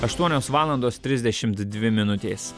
aštuonios valandos trisdešimt dvi minutės